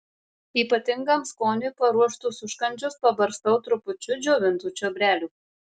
ypatingam skoniui paruoštus užkandžius pabarstau trupučiu džiovintų čiobrelių